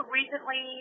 recently